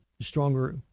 stronger